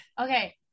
Okay